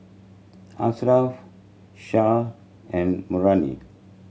Asharaff Shah and Murni